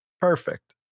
perfect